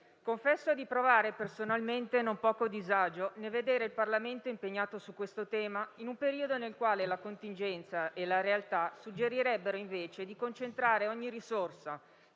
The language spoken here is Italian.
confesso di provare personalmente non poco disagio nel vedere il Parlamento impegnato su questo tema in un periodo nel quale la contingenza e la realtà suggerirebbero, invece, di concentrare ogni risorsa,